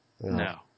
No